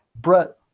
Brett